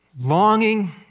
longing